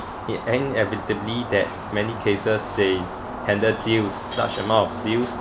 in inevitably that many cases they hand the deals large amount of deals